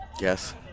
Yes